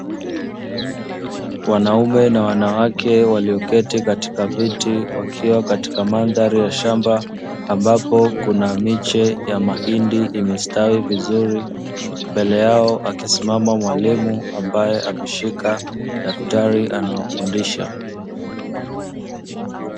Wanaume na wanawake walioketi katika viti, wakiwa katika mandhari ya shamba, ambapo kuna miche ya mahindi imestawi vizuri. Mbele yao akisimama mwalimu ambaye ameshika daftari anawafundisha.